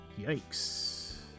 Yikes